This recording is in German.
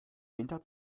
winter